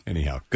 Anyhow